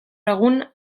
egun